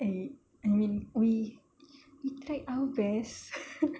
eh I mean we tried our best